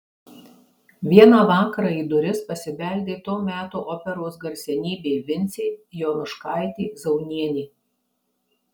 vieną vakarą į duris pasibeldė to meto operos garsenybė vincė jonuškaitė zaunienė